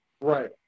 Right